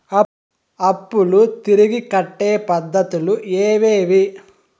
అప్పులు తిరిగి కట్టే పద్ధతులు ఏవేవి